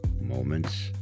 Moments